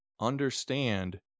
understand